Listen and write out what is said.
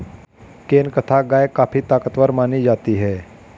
केंकथा गाय काफी ताकतवर मानी जाती है